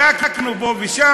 בדקנו פה ושם,